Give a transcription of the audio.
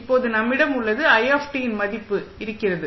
இப்போது நம்மிடம் உள்ளது i இன் மதிப்பு இருக்கிறது